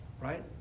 right